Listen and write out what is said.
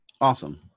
Awesome